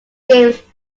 games